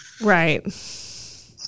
right